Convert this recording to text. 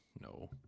No